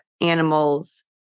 animals